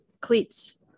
Cleats